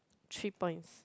three points